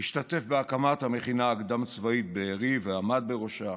והשתתף בהקמת המכינה הקדם-צבאית בבארי ועמד בראשה.